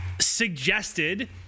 suggested